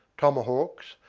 tomahawks,